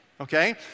Okay